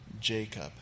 Jacob